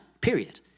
period